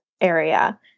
area